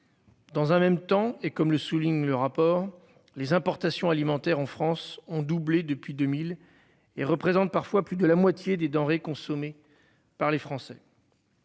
Dans un même temps et comme le souligne le rapport. Les importations alimentaires en France ont doublé depuis 2000 et représente parfois plus de la moitié des denrées consommées par les Français.